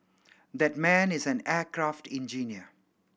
that man is an aircraft engineer